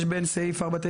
בין הסעיפים.